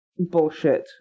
Bullshit